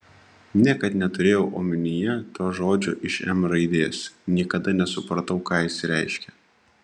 niekad neturėjau omenyje to žodžio iš m raidės niekada nesupratau ką jis reiškia